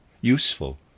useful